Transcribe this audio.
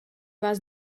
vás